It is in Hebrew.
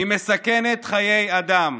היא מסכנת חיי אדם,